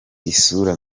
isura